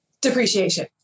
depreciation